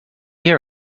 hear